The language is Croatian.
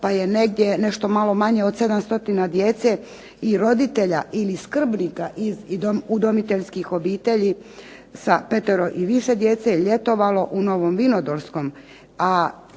pa je negdje nešto malo manje od 700 djece i roditelja ili skrbnika iz udomiteljskih obitelji sa 5-oro i više djece ljetovalo u Novom Vinodolskom.